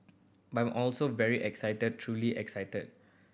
but I'm also very excited truly excited